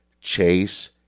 Chase